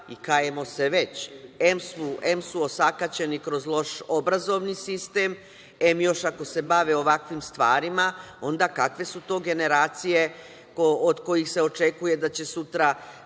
i kajemo se već. Em su osakaćeni kroz loš obrazovni sistem, em još ako se bave ovakvim stvarima, onda kakve su to generacije, od kojih se očekuje da će sutra